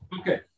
Okay